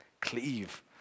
Cleave